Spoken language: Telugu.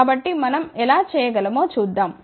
కాబట్టి మనం ఎలా చేయగలమో చూద్దాం